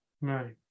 Right